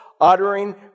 uttering